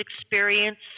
experience